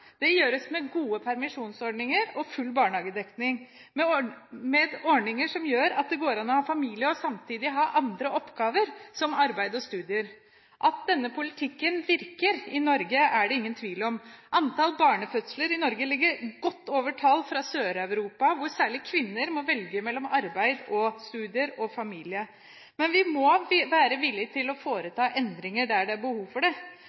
Dette gjøres med gode permisjonsordninger og full barnehagedekning, med ordninger som gjør at det går an å ha familie og samtidig ha andre oppgaver, som arbeid og studier. At denne politikken virker i Norge, er det ingen tvil om. Antall barnefødsler i Norge ligger godt over tall fra Sør-Europa, hvor særlig kvinner må velge mellom arbeid, studier og familie. Vi må være villige til å foreta endringer der det er behov for det.